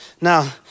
Now